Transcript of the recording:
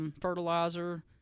fertilizer